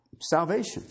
salvation